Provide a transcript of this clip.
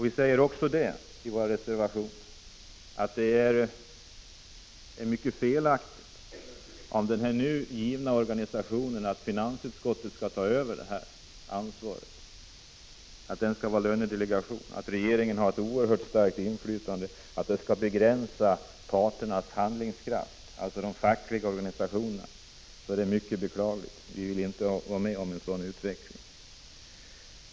Vi säger också i våra reservationer att det är ett stort fel att den nya organisationen innebär att finansutskottet skall ta över ansvaret och vara lönedelegation och att regeringen har ett så oerhört starkt inflytande att det begränsar de fackliga organisationernas handlingskraft. Det är mycket beklagligt, vi vill inte vara med om en sådan utveckling.